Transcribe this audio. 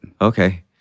Okay